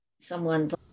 someone's